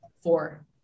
Four